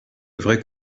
vrai